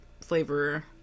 flavor